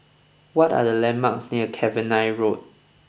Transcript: what are the landmarks near Cavenagh Road